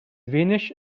wenig